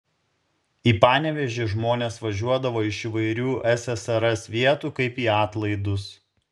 į panevėžį žmonės važiuodavo iš įvairių ssrs vietų kaip į atlaidus